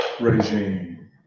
regime